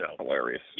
Hilarious